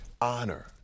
Honor